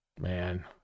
Man